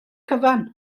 cyfan